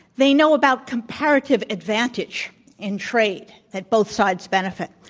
they know about comparative advantage in trade, that both sides benefit.